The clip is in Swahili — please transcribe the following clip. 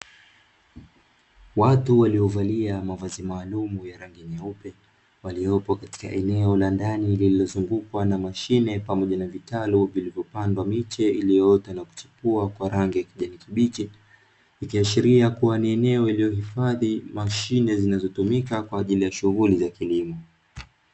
Watu waliovalia mavazi maalumu ya rangi nyeupe, waliopo katika eneo la ndani; lililozungukwa na mashine pamoja na vitalu vilivyopandwa miche iliyoota na kuchipua kwa rangi ya kijani kibichi, ikiashiria kuwa ni eneo iliyohifadhi mashine zinazotumika kwa ajili ya shughuli za kilimo.